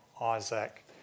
Isaac